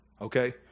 Okay